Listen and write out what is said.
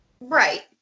Right